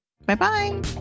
Bye-bye